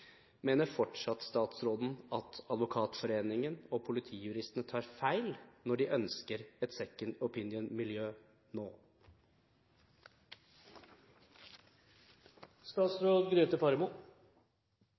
Mener statsråden fortsatt at Advokatforeningen og politijuristene tar feil når de ønsker et